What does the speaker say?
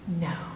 No